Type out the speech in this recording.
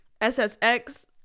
SSX